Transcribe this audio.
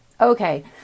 Okay